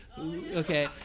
Okay